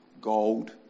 Gold